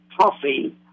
coffee